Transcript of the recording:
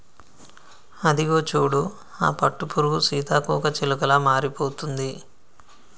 అదిగో చూడు ఆ పట్టుపురుగు సీతాకోకచిలుకలా మారిపోతుంది